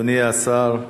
אדוני השר,